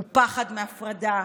הוא פחד מהפרדה,